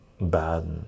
bad